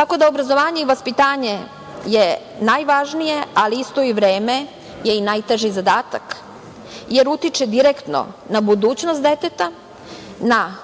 otkriti. Obrazovanje i vaspitanje je najvažnije, ali isto i vreme je najteži zadatak, jer utiče direktno na budućnost deteta, na